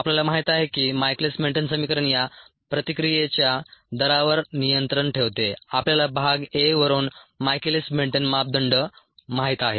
आपल्याला माहित आहे की मायकेलिस मेंटेन समीकरण या प्रतिक्रियेच्या दरावर नियंत्रण ठेवते आपल्याला भाग a वरून मायकेलीस मेन्टेन मापदंड माहित आहेत